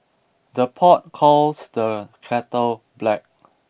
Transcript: the pot calls the kettle black